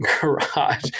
garage